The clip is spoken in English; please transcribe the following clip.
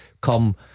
Come